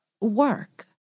work